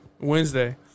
Wednesday